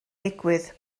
digwydd